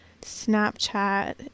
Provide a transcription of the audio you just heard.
Snapchat